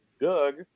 Doug –